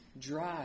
drive